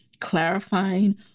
clarifying